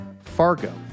Fargo